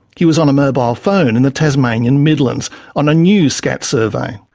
he was on a mobile phone in the tasmanian midlands on a new scat survey.